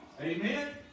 Amen